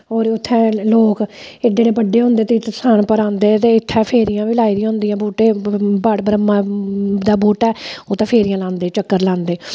होर उत्थै लोग एड्डे एड्डे बड्डे होंदे ते इत्त स्थान पर औंदे ते इत्थै फेरियां बी लाई दियां होंदियां बूह्टे बड़ ब्रह्मा दा बूह्टा ऐ उत्थै फेरियां लांदे चक्कर लांदे